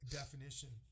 definition